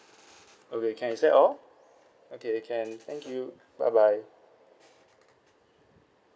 okay can is that all okay can thank you bye bye